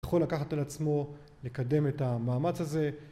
יכול לקחת על עצמו לקדם את המאמץ הזה